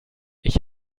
ich